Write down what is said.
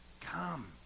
Come